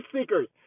seekers